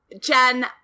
Jen